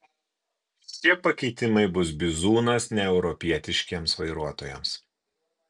šie pakeitimai bus bizūnas neeuropietiškiems vairuotojams